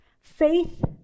Faith